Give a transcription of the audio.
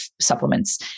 supplements